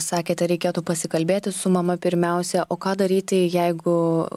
sakėte reikėtų pasikalbėti su mama pirmiausia o ką daryti jeigu